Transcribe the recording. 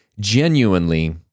genuinely